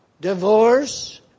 Divorce